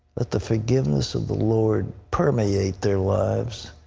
let the forgiveness of the lord permeate their lives.